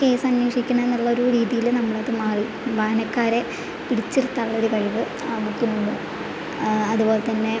case അന്വേഷിക്കണതെന്നുള്ള ഒരു രീതിയിൽ നമ്മളത് മാറി വായനക്കാരെ പിടിച്ചിരുത്താനുള്ള ഒരു കഴിവ് ആ ബുക്കിനുണ്ട് അതുപോലെത്തന്നെ